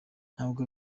ntabwo